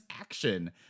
action